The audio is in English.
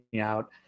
out